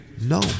No